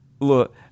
Look